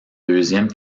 deuxième